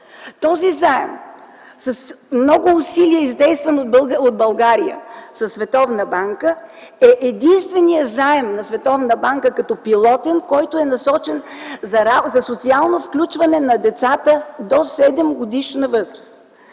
Този заем, с много усилия издействан от България, със Световната банка, е единственият заем на Световната банка като пилотен, който е насочен за социално включване на децата до 7-годишна възраст.